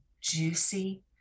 juicy